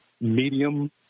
medium